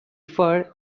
fur